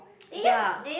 ya